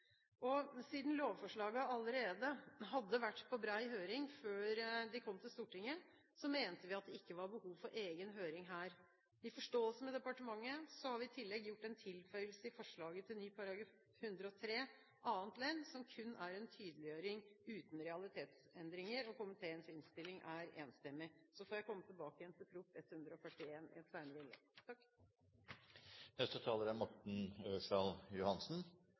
Siden lovforslagene allerede hadde vært på bred høring før de kom til Stortinget, mente vi at det ikke var behov for egen høring her. I forståelse med departementet har vi gjort en tilføyelse i forslaget til ny § 103 annet ledd, som kun er en tydeliggjøring, uten realitetsendringer. Komiteens innstilling er enstemmig. Så får jeg komme tilbake igjen til Prop. 141 L for 2010–2011 i et senere innlegg. Jeg vil også konsentrere mitt første innlegg om Prop. 138 L for 2010–2011, som det er